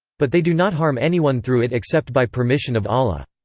but they do not harm anyone through it except by permission of allah.